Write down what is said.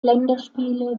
länderspiele